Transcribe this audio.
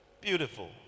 beautiful